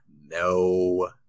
no